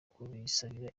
kubisabira